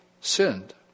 sinned